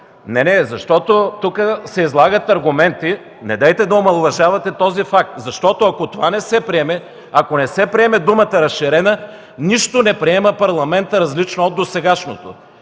Не, не, защото тук се излагат аргументи. Недейте да омаловажавате този факт. Защото ако това не се приеме, ако не се приеме думата „разширена” Парламентът не приема нищо различно от досегашното.